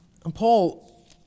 Paul